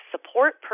support